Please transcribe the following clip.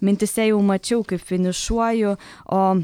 mintyse jau mačiau kaip finišuoju o